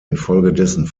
infolgedessen